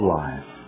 life